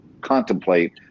contemplate